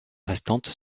restantes